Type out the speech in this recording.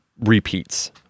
repeats